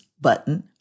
button